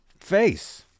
face